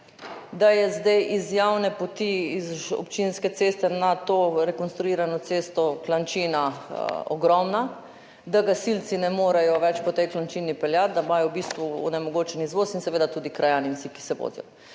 da je zdaj iz javne poti, iz občinske ceste na to rekonstruirano cesto klančina ogromna, da gasilci ne morejo več peljati po tej klančini, da imajo v bistvu onemogočen izvoz, seveda tudi krajani in vsi, ki se vozijo.